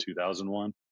2001